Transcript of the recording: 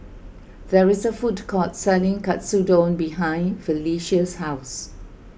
there is a food court selling Katsudon behind Phylicia's house